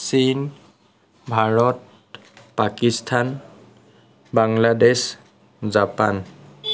চীন ভাৰত পাকিস্তান বাংলাদেশ জাপান